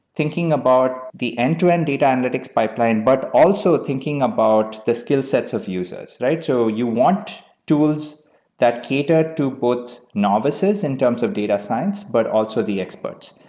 thinking about the end-to-end data analytics pipeline, but also thinking about the skillset of users. so you want tools that cater to both novices in terms of data science, but also the experts.